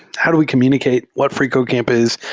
how do we communicate what freecodecamp is?